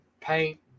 paint